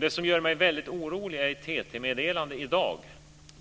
Det som gör mig väldigt orolig är ett TT-meddelande i dag